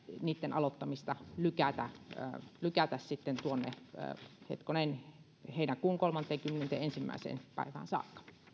aloittamista lykätä lykätä tuonne hetkonen heinäkuun kolmanteenkymmenenteenensimmäiseen päivään saakka